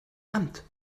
amt